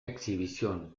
exhibición